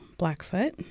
Blackfoot